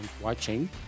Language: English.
watching